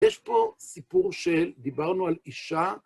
יש פה סיפור של... דיברנו על אישה...